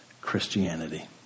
Christianity